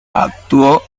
actuó